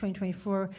2024